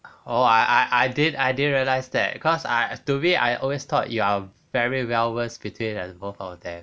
oh I I didn't I didn't realise that cause I to me I always thought you are very well versed between the both of them